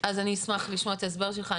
אני אשמח לשמוע את ההסבר שלך.